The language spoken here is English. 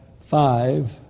five